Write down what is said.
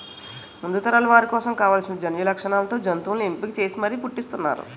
ముందు తరాల వారి కోసం కావాల్సిన జన్యులక్షణాలతో జంతువుల్ని ఎంపిక చేసి మరీ పుట్టిస్తున్నారు